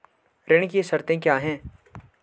ऋण की शर्तें क्या हैं?